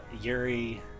Yuri